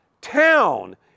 town